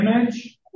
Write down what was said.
image